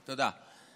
תודה.